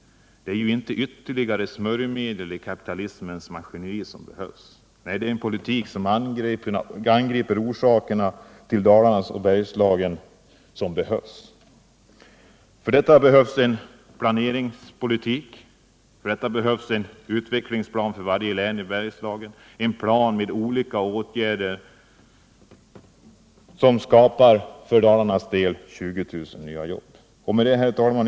Det är ju inte ytterligare smörjmedel i kapitalismens maskineri som behövs. Nej, det är en politik som angriper orsakerna till att Dalarna och Bergslagen går mot en katastrof. För detta behövs en planeringspolitik. För detta behövs en utvecklingsplan för varje län i Bergslagen, en plan som med olika åtgärder inom de närmaste åren skapar 20 000 nya jobb i Dalarna. Herr talman!